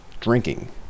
drinking